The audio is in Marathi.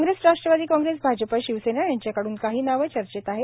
काँग्रेस राष्ट्रवादी काँग्रेस भाजप शिवसेना यांच्याकडून काही नावं चर्चेत आहे